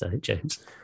James